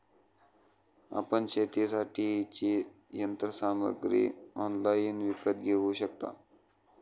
आपण शेतीसाठीची यंत्रसामग्री ऑनलाइनही विकत घेऊ शकता